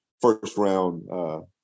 first-round